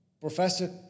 Professor